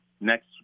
Next